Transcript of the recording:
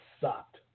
sucked